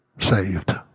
saved